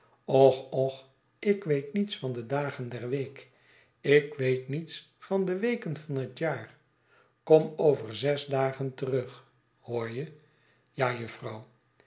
och ik weet niets van de dagen der week ik weet niets van de weken van het jaar korn over zes dagen terug hoor je ja jufvrouw